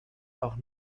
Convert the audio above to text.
auch